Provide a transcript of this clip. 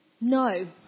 no